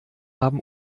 haben